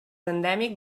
endèmic